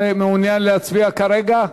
ומעוניין להצביע כרגע?